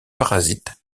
parasites